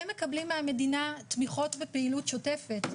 הם מקבלים מהמדינה תמיכות בפעילות שוטפת.